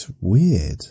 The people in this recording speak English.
weird